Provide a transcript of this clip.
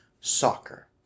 soccer